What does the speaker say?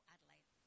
Adelaide